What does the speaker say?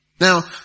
Now